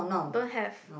don't have